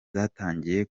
zatangiye